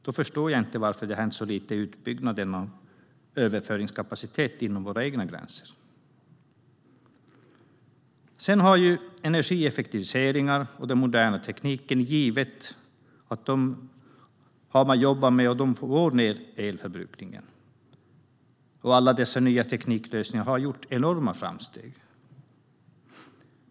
Jag förstår inte varför det har hänt så lite i utbyggnaden av överföringskapaciteten inom våra egna gränser. Med energieffektivisering och modern teknik kan man få ned elförbrukningen. Tack vare nya tekniklösningar har det gjorts enorma framsteg.